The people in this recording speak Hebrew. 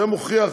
זה מוכיח,